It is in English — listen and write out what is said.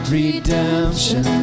redemption